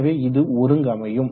எனவே இது ஒருங்கமையும்